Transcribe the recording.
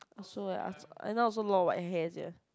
I also eh after I now also know about hair sia